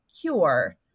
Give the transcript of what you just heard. cure